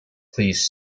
please